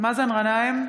מאזן גנאים,